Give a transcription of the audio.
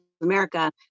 America